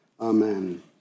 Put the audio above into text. amen